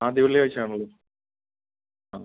ആദ്യ വെള്ളിയാഴ്ച ആണോ ആ